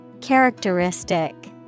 Characteristic